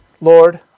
Lord